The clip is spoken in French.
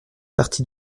partie